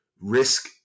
risk